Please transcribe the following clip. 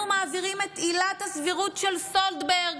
אנחנו מעבירים את עילת הסבירות של סולברג,